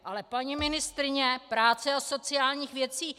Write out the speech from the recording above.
Ale paní ministryně práce a sociálních věcí...